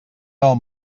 del